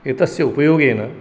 एतस्य उपयोगेन